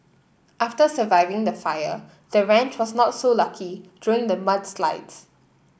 after surviving the fire the ranch was not so lucky during the mudslides